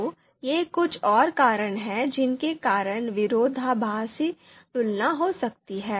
तो ये कुछ और कारण हैं जिनके कारण विरोधाभासी तुलना हो सकती है